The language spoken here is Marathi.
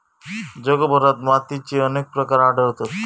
जगभरात मातीचे अनेक प्रकार आढळतत